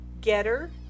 Getter